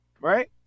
Right